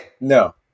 No